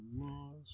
Lost